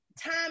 time